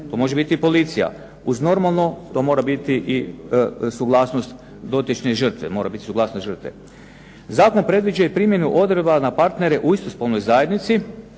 To može biti i policija. Uz normalno to mora biti i suglasnost dotične žrtve. Zakon predviđa i primjenu odredaba na partnere u istospolnoj zajednici